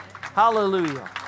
Hallelujah